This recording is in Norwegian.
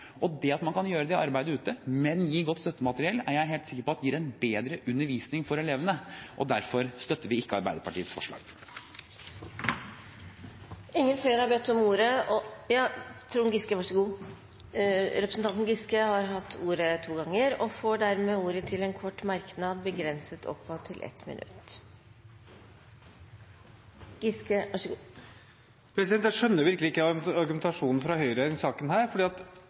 Og det at man kan gjøre det arbeidet ute, men gi godt støttemateriell, er jeg helt sikker på gir en bedre undervisning for elevene, og derfor støtter vi ikke Arbeiderpartiets forslag. Representanten Trond Giske har hatt ordet to ganger tidligere og får ordet til en kort merknad, begrenset til 1 minutt. Jeg skjønner virkelig ikke argumentasjonen fra Høyre i denne saken,